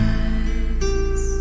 eyes